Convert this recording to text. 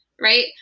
right